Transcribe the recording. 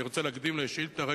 אני רוצה להקדים לשאילתא,